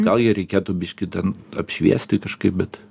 gal jį reikėtų biškį ten apšviesti kažkaip bet